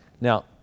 Now